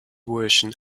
version